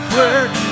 work